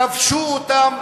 כבשו אותן,